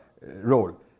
role